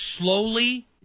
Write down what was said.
slowly